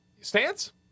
stance